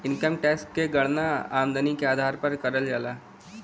income tax क गणना आमदनी के आधार पर करल जाला